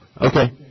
Okay